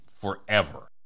forever